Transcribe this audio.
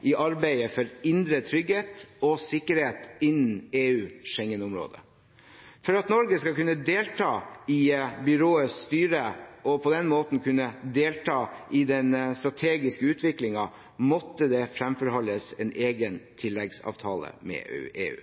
i arbeidet for indre trygghet og sikkerhet innen EU/Schengen-området. For at Norge skal kunne delta i Byråets styre og på den måten kunne delta i den strategiske utviklingen, måtte det fremforhandles en egen tilleggsavtale med EU.